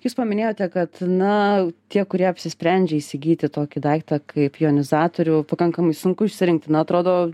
jūs paminėjote kad na tie kurie apsisprendžia įsigyti tokį daiktą kaip jonizatorių pakankamai sunku išsirinkti na atrodo